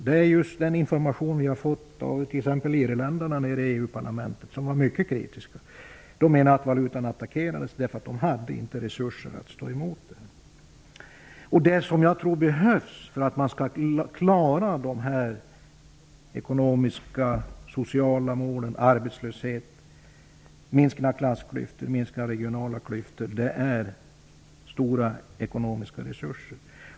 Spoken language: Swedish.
Det är just den information som vi har fått t.ex. av irländarna i EU-parlamentet. De var mycket kritiska och menade att valutan attackerades därför att man inte hade sådana resurser att man kunde stå emot. Vad jag tror behövs för att man skall klara de ekonomiska och sociala målen -- arbetslösheten, minskade klassklyftor och minskade regionala klyftor -- är stora ekonomiska resurser.